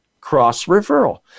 cross-referral